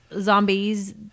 Zombies